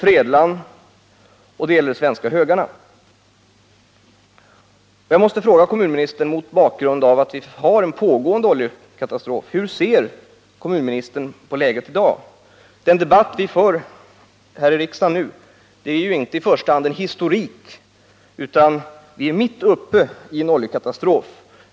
Mot bakgrund av att vi har en pågående oljekatastrof vill jag fråga kommunministern: Hur bedömer kommunministern läget när det gäller oljekatastrofen såsom den utvecklat sig i dag? Den debatt som vi för här i riksdagen nu gäller ju inte i första hand en historik — vi är ju mitt uppe i en oljekatastrof.